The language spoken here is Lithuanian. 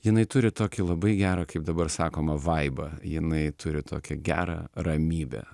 jinai turi tokį labai gera kaip dabar sakoma vaibą jinai turi tokią gerą ramybę